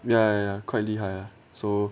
ya quite 厉害 ah